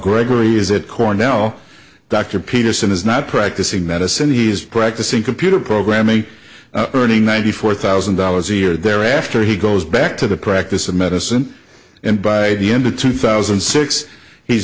gregory is at cornell dr peterson is not practicing medicine he's practicing computer programming earning ninety four thousand dollars a year thereafter he goes back to the practice of medicine and by the end of two thousand and six he's